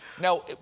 Now